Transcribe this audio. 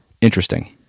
Interesting